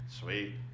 Sweet